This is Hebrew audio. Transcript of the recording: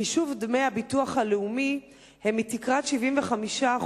חישוב דמי הביטוח הלאומי הם מתקרת 75%